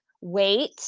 wait